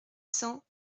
cents